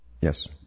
Yes